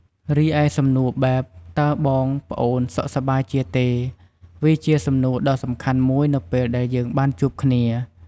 រីឯសំណួរបែប តើបង ប្អូនសុខសប្បាយជាទេ? វាជាសំណួរដ៏សំខាន់មួយនៅពេលដែលយើងបានជួបគ្នា។